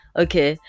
okay